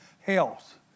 health